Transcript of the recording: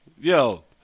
yo